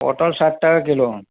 পটল ষাট টাকা কিলো